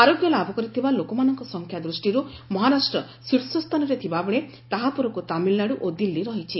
ଆରୋଗ୍ୟ ଲାଭ କରିଥିବା ଲୋକମାନଙ୍କ ସଂଖ୍ୟା ଦୃଷ୍ଟିରୁ ମହାରାଷ୍ଟ୍ର ଶୀର୍ଷସ୍ଥାନରେ ଥିବାବେଳେ ତାହା ପରକୁ ତାମିଲନାଡ଼ୁ ଓ ଦିଲ୍ଲୀ ରହିଛି